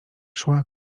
szła